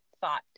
thought